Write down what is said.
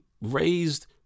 raised